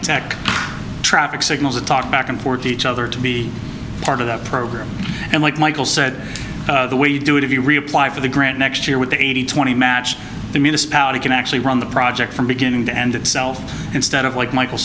tech traffic signals and talk back and forth to each other to be part of that program and like michael said the way you do it if you reapply for the grant next year with the eighty twenty match the municipality can actually run the project from beginning to end itself instead of like michael